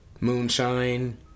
moonshine